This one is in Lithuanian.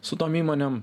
su tom įmonėm